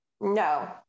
no